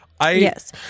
Yes